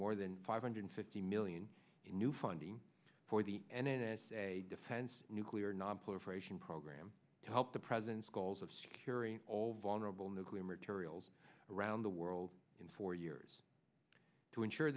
more than five hundred fifty million in new funding for the n s a defense nuclear nonproliferation program to help the president's goals of securing all vulnerable nuclear materials around the world in four years to ensure